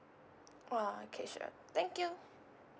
!whoa! okay sure thank you